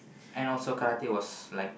and also karate was like